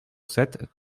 sept